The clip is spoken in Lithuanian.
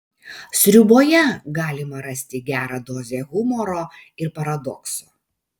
sriuboje galima rasti gerą dozę humoro ir paradokso